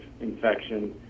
infection